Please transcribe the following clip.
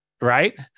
right